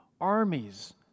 armies